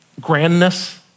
grandness